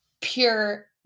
pure